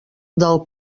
del